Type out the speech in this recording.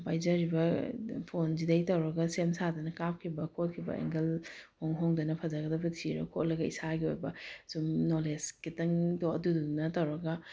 ꯄꯥꯏꯖꯔꯤꯕ ꯐꯣꯟꯁꯤꯗꯒꯤ ꯇꯧꯔꯒ ꯁꯦꯝ ꯁꯥꯗꯅ ꯀꯥꯞꯈꯤꯕ ꯈꯣꯠꯈꯤꯕ ꯑꯦꯡꯒꯜ ꯍꯣꯡ ꯍꯣꯡꯗꯅ ꯐꯖꯒꯗꯕ ꯊꯤꯔꯒ ꯈꯣꯠꯂꯒ ꯏꯁꯥꯒꯤ ꯑꯣꯏꯕ ꯁꯨꯝ ꯅꯣꯂꯦꯖ ꯈꯤꯇꯪꯗꯣ ꯑꯗꯨꯗꯨꯅ ꯇꯧꯔꯒ